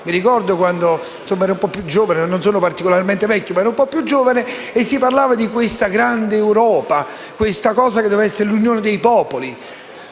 Mi ricordo quando ero un po' più giovane - non sono particolarmente vecchio, ma allora ero un po' più giovane - e si parlava della grande Europa, di quella che doveva essere l'unione dei popoli.